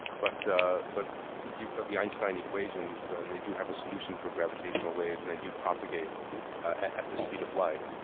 but but you know the einstein equations, they do have a solution for gravitational waves and they do propagate at the speed of light.